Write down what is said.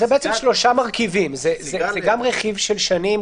זה שלושה מרכיבים: שנים,